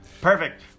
Perfect